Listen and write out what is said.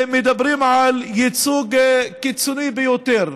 שמדברים על ייצוג קיצוני ביותר,